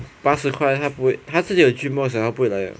八十块他不会他自己有 Gymmboxx 了他不会来的